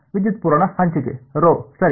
ವಿದ್ಯುತ್ ಪೂರಣ ಹಂಚಿಕೆ ⍴ ಸರಿ